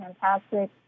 fantastic